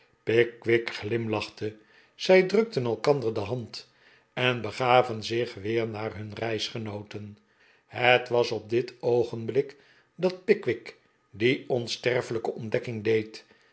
glimlachte zij drukten elkander de hand en begaven zich weer naar hun reisgenooten het was op dit oogenblik dat pickwick die onsterfelijke ontdekking deed